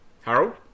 Harold